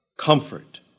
Comfort